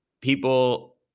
people